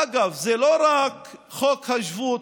אגב, זה לא רק חוק השבות,